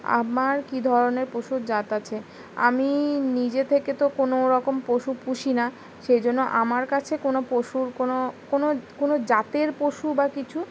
আমার কি ধরনের পশুর জাত আছে আমি নিজে থেকে তো কোনোরকম পশু পুষি না সেই জন্য আমার কাছে কোনও পশুর কোনও কোনও কোনও জাতের পশু বা কিছু